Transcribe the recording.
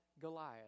Goliath